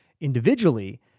individually